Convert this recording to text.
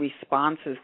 responses